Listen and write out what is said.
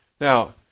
Now